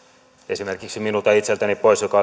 esimerkiksi minulta itseltäni pois joka